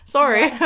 Sorry